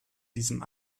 diesem